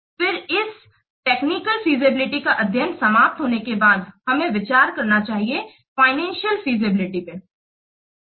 फिर इस technical feasibility का अध्ययन समाप्त होने के बाद हमें विचार करना चाहिए फाइनेंसियल फीजिबिलिटी पे